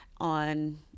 on